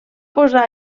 posar